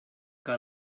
que